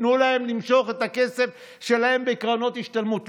תנו להם למשוך את הכסף שלהם שבקרנות השתלמות.